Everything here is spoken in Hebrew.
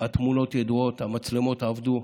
התמונות ידועות, המצלמות עבדו.